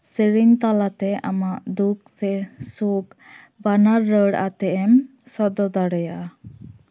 ᱥᱮᱨᱮᱧ ᱛᱟᱞᱟᱛᱮ ᱟᱢᱟᱜ ᱫᱩᱠ ᱥᱮ ᱥᱩᱠᱷ ᱵᱟᱱᱟᱨ ᱨᱚᱲ ᱟᱛᱮᱫ ᱮᱢ ᱥᱚᱫᱚᱨ ᱫᱟᱲᱮᱭᱟᱜᱼᱟ